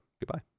goodbye